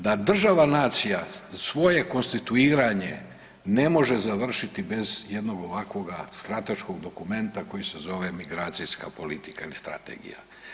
Da država nacija svoje konstituiranje ne može završiti bez jednoga ovakvoga strateškog dokumenta koji se zove migracijska politika ili strategija.